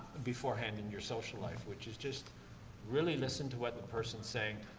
beforehand in your social life, which is just really listen to what the person's saying,